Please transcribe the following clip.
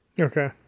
Okay